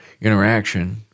interaction